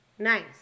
Nice